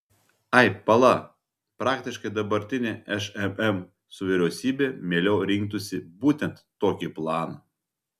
ai pala praktiškai dabartinė šmm su vyriausybe mieliau rinktųsi būtent tokį planą